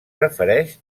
refereix